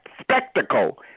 spectacle